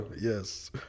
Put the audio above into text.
Yes